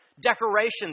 Decorations